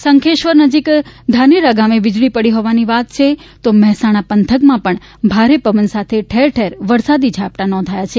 શંખેશ્વર નજીક ધનોરા ગામે વીજળી પડી હોવાની વાત છે તો મહેસાણા પંથકમાં પણ ભારે પવન સાથે ઠેરઠેર વરસાદી ઝાપટાં નોંધાયા છે